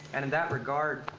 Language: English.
and in that regard,